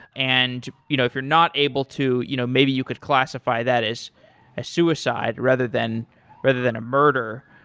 and you know if you're not able to, you know maybe you could classify that as a suicide rather than rather than a murder,